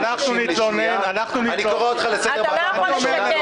אנחנו נתלונן --- קורא אותך לסדר פעם ראשונה.